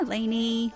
Lainey